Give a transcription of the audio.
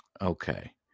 Okay